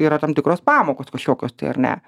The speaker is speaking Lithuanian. yra tam tikros pamokos kažkokios tai ar ne